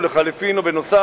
ולחלופין ובנוסף,